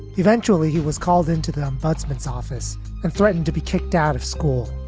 eventually, he was called into the ombudsman's office and threatened to be kicked out of school.